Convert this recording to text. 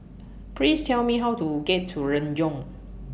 Please Tell Me How to get to Renjong